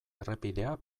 errepidea